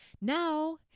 now